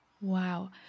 Wow